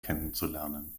kennenzulernen